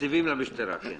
תקציבים למשטרה.